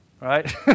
right